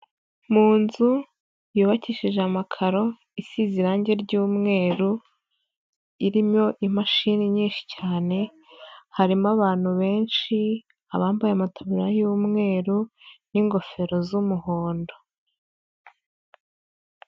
Mu nzu yubakishije amakaro, isize irangi ry'umweru, irimo imashini nyinshi cyane, harimo abantu benshi, abambaye amataburiya y'umweru, n'ingofero z'umuhondo.